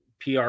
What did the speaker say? PR